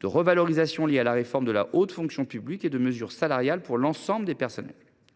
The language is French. de revalorisations liées à la réforme de la haute fonction publique et de mesures salariales pour l’ensemble des agents.